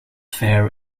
fair